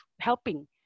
helping